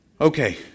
Okay